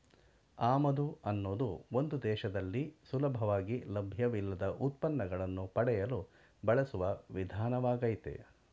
ಆಮದು ಅನ್ನೋದು ಒಂದು ದೇಶದಲ್ಲಿ ಸುಲಭವಾಗಿ ಲಭ್ಯವಿಲ್ಲದ ಉತ್ಪನ್ನಗಳನ್ನು ಪಡೆಯಲು ಬಳಸುವ ವಿಧಾನವಾಗಯ್ತೆ